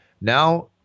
Now